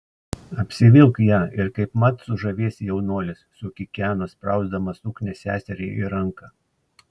apsivilk ją ir kaipmat sužavėsi jaunuolius sukikeno sprausdama suknią seseriai į ranką